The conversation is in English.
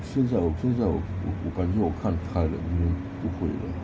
现在我现在我我感觉我看开了不会了